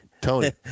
Tony